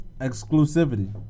exclusivity